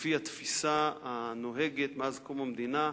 לפי התפיסה הנוהגת מאז קום המדינה,